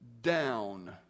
down